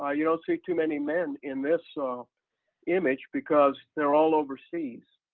ah you don't see too many men in this image because they're all overseas.